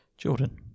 Jordan